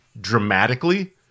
dramatically